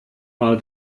mal